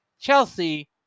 Chelsea